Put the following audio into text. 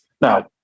Now